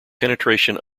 penetration